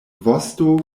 vosto